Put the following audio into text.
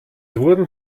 wurden